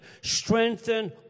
strengthen